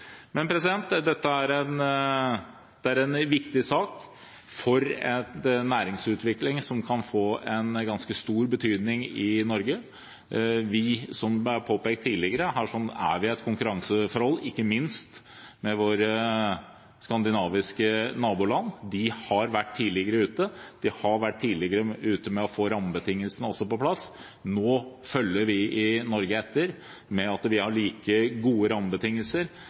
Dette er en viktig sak om en næringsutvikling som kan få ganske stor betydning i Norge. Vi er, som det er påpekt tidligere her, i et konkurranseforhold ikke minst med våre skandinaviske naboland. De har vært tidligere ute, også med å få rammebetingelsene på plass. Nå følger vi i Norge etter. Vi har like gode rammebetingelser,